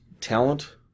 Talent